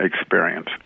experience